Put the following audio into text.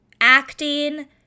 acting